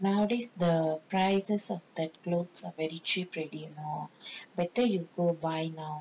but nowadays the prices of the clothes are very cheap already you know better you go buy now